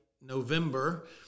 November